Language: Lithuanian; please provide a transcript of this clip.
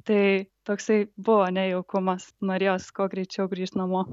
tai toksai buvo nejaukumas norėjosi kuo greičiau grįžt namo